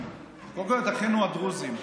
קודם כול את אחינו הדרוזים.